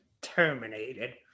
terminated